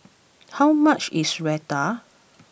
how much is Raita